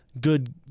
good